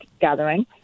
gathering